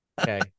okay